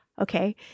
Okay